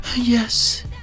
yes